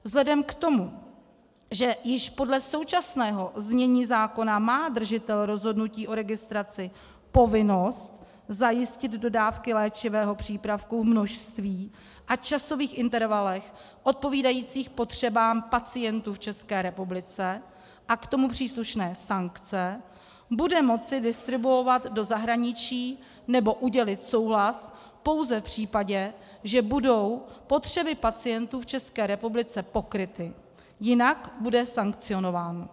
Vzhledem k tomu, že již podle současného znění zákona má držitel rozhodnutí o registraci povinnost zajistit dodávky léčivého přípravku v množství a časových intervalech odpovídajících potřebám pacientů v České republice a k tomu příslušné sankce, bude moci distribuovat do zahraničí nebo udělit souhlas pouze v případě, že budou potřeby pacientů v České republice pokryty, jinak bude sankcionován.